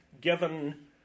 given